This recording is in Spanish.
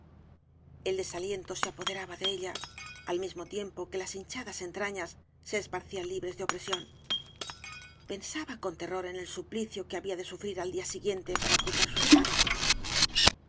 el desaliento se apoderaba de ella al mismo tiempo que las hinchadas entrañas se esparcían libres de opreeión pensaba con terror en el suplicio que había de sufrir al día siguiente para ocultar su estado